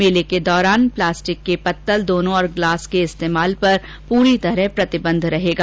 मेले के दौरान प्लास्टिक के पत्तल दोनों गिलास के इस्तेमाल पर पूरी तरह प्रतिबंध रहेगा